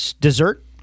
Dessert